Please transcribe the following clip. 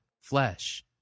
flesh